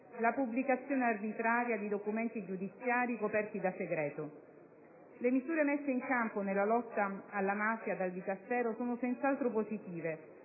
la pubblicazione arbitraria di documenti giudiziari coperti da segreto. Le misure messe in campo nella lotta alla mafia dal Dicastero sono senz'altro positive,